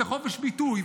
זה חופש ביטוי,